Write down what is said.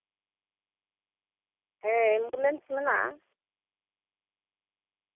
ᱦᱮᱸ ᱮᱢᱵᱩᱞᱮᱱᱥ ᱢᱮᱱᱟᱜᱼᱟ